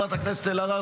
חברת הכנסת אלהרר,